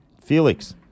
Felix